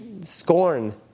scorn